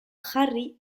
jarri